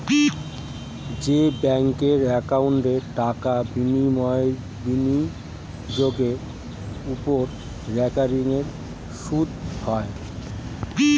যে ব্যাঙ্ক একাউন্টে টাকা বিনিয়োগের ওপর রেকারিং সুদ হয়